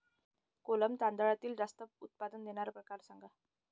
कोलम तांदळातील जास्त उत्पादन देणारे प्रकार सांगा